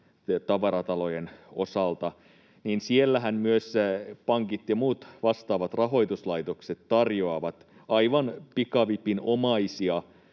tavaratalojen osalta, niin siellähän myös pankit ja muut vastaavat rahoituslaitokset tarjoavat aivan pikavipinomaisia